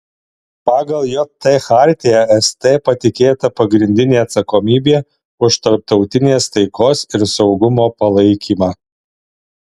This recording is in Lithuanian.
pagal jt chartiją st patikėta pagrindinė atsakomybė už tarptautinės taikos ir saugumo palaikymą